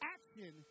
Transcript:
Action